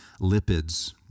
lipids